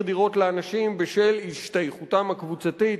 דירות לאנשים בשל השתייכותם הקבוצתית,